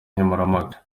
nkemurampaka